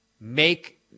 Make